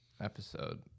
episode